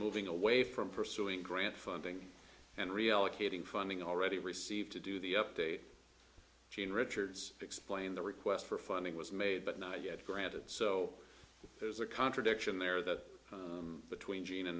moving away from pursuing grant funding and reallocating funding already received to do the update gene richards explained the request for funding was made but not yet granted so there's a contradiction there that between g